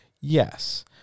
yes